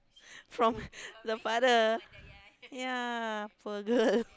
from the father yeah poor girl